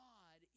God